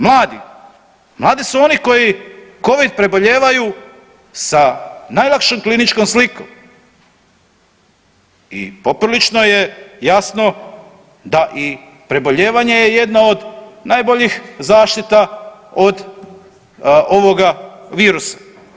Mladi, mladi su oni koji covid prebolijevaju sa najlakšom kliničkom slikom i poprilično je jasno da i prebolijevanje je jedno od najboljih zaštita od ovoga virusa.